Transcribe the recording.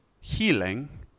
healing